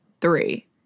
three